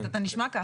אתה נשמע ככה.